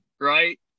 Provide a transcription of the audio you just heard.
Right